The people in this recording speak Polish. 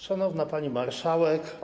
Szanowna Pani Marszałek!